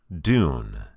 Dune